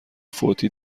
فوتی